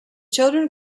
children